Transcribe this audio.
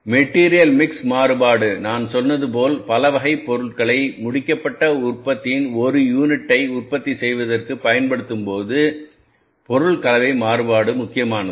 material mix மாறுபாடு நான் சொன்னது போல்பல வகை பொருட்களைப் முடிக்கப்பட்ட உற்பத்தியின் 1 யூனிட்டை உற்பத்தி செய்வதற்குபயன்படுத்தும்போது பொருள் கலவை மாறுபாடு முக்கியமானது